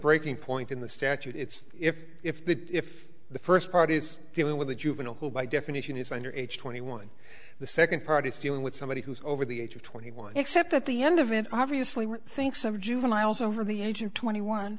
breaking point in the statute it's if if the if the first part is dealing with a juvenile who by definition is under age twenty one the second part is dealing with somebody who is over the age of twenty one except at the end of it obviously we're thinks of juveniles over the age of twenty one